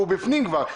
והוא בפנים כבר.